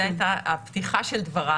זו הייתה הפתיחה של דבריי,